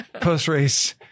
post-race